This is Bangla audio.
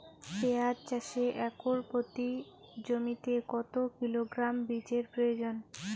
পেঁয়াজ চাষে একর প্রতি জমিতে কত কিলোগ্রাম বীজের প্রয়োজন?